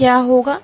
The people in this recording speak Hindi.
तो क्या होगा